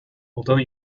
although